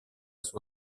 sua